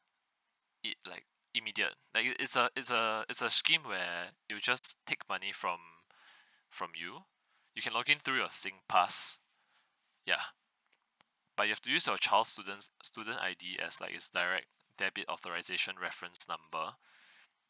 it like immediate like it it's a it's a it's a scheme where it'll just take money from from you you can login through your singpass ya but you have to use your child's students student I_D as like is direct debit authorisation reference number